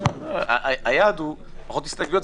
היעד הוא פחות הסתייגויות,